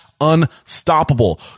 unstoppable